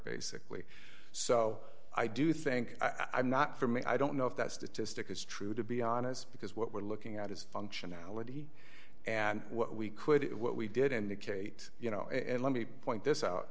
basically so i do think i'm not from a i don't know if that statistic is true to be honest because what we're looking at is functionality and what we could what we did indicate you know and let me point this out